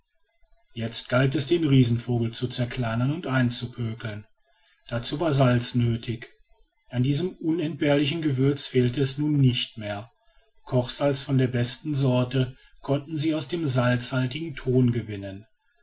jetzt galt es den riesenvogel zu zerkleinern und einzupökeln dazu war salz nötig an diesem unentbehrlichen gewürz fehlte es nun nicht mehr kochsalz von der besten sorte konnten sie aus dem salzhaltigen thon gewinnen